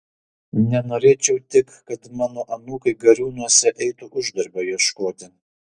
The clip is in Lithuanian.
nenorėčiau tik kad mano anūkai gariūnuose eitų uždarbio ieškoti